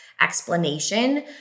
explanation